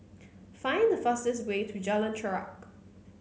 find the fastest way to Jalan Chorak